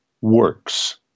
works